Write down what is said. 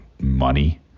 money